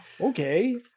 Okay